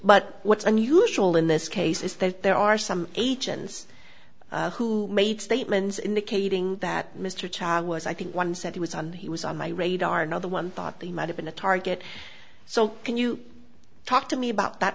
but what's unusual in this case is that there are some agents who made statements indicating that mr child was i think one said he was on he was on my radar know the one thought they might have been a target so can you talk to me about that